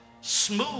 Smooth